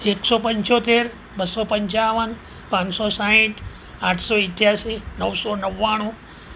એકસો પંચોતેર બસો પંચાવન પાંચસો સાઠ આઠસો ઈઠ્યાસી નવસો નવ્વાણું